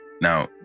Now